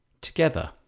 Together